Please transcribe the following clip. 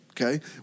okay